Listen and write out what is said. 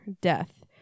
death